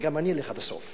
וגם אני אלך עד הסוף.